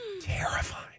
terrified